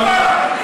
לא,